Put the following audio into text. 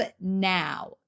now